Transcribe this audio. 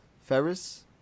Ferris